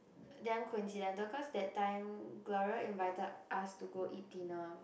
damn coincidental cause that time Gloria invited us to go eat dinner